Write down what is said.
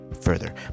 further